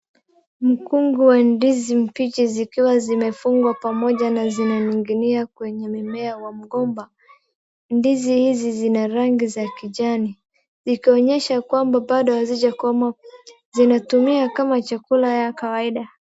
Mkungu wa ndizi mfiche zikiwa zimefungwa pamoja na zimeninginia kwenye mimea wa mgomba. Ndizi hizi zina rangi za kijani ikionyesha kwamba bado hazijakomaa zinatumia kama chakula ya kawaida.